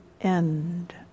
end